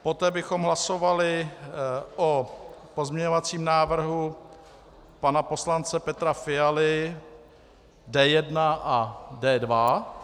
Poté bychom hlasovali o pozměňovacím návrhu pana poslance Petra Fialy D1 a D2.